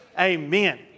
Amen